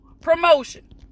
promotion